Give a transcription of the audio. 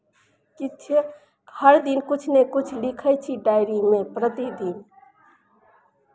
किछु हर दिन किछु ने किछु लिखै छी डायरीमे प्रतिदिन